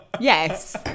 Yes